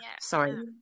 Sorry